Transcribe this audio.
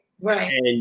right